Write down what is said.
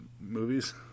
movies